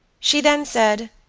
she then said,